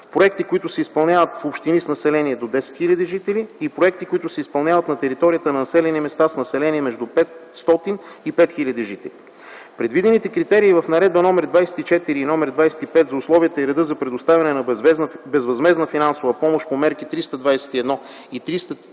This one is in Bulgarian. проекти, които се изпълняват в общини с население до 10 хил. жители, и проекти, които се изпълняват на територията на населени места с население между 500 и 5 хил. жители”. Предвидените критерии в Наредба № 24 и № 25 за условията и реда за предоставяне на безвъзмездна финансова помощ по мерки 321 и 322